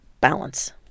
balance